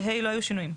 ב-(ה) לא היו שינויים.